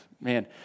man